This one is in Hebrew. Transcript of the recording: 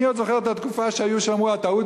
אני עוד זוכר את התקופה שהיו שאמרו שהטעות